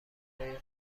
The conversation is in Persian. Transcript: برای